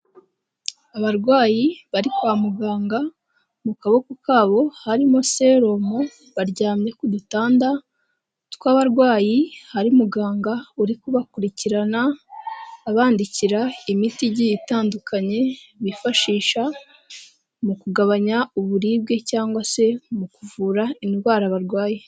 Abarwayi bari kwa muganga mu kaboko kabo harimo selu, mo baryamye ku dutanda tw'abarwayi hari muganga uri kubakurikirana abandidikira imiti igiye itandukanye bifashisha mu kugabanya uburibwe cyangwa se mu kuvura indwara barwaye.